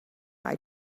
eye